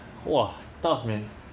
!wah! tough man